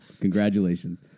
Congratulations